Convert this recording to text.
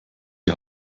die